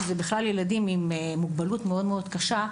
שזה בכלל ילדים עם מוגבלות מאוד מאוד קשה,